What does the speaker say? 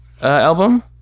album